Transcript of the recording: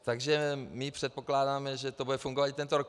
Takže předpokládáme, že to bude fungovat i tento rok.